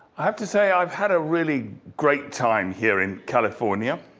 i have to say i've had a really great time here in california.